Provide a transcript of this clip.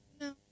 No